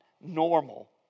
normal